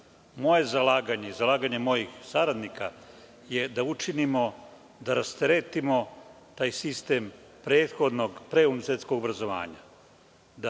zalaganje i zalaganje mojih saradnika je da učinimo da rasteretimo taj sistem prethodnog pre univerzitetskog obrazovanja,